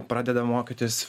pradedam mokytis